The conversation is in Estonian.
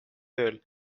ööl